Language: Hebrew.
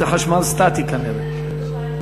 זה חשמל סטטי, כנראה.